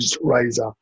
razor